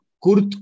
Kurt